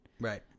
Right